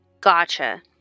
Gotcha